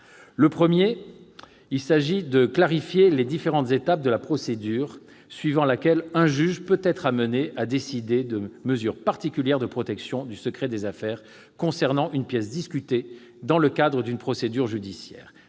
a pour objet de clarifier les différentes étapes de la procédure par laquelle un juge peut être amené à décider de mesures particulières de protection du secret des affaires concernant une pièce discutée dans le cadre d'une procédure judiciaire.